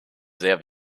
sehr